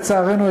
לצערנו,